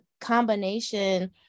combination